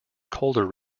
colder